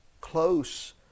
close